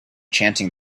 chanting